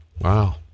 wow